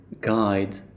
guide